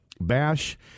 bash